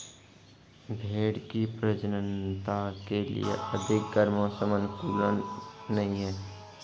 भेंड़ की प्रजननता के लिए अधिक गर्म मौसम अनुकूल नहीं है